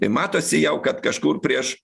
matosi jau kad kažkur prieš